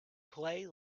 play